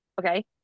okay